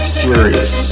serious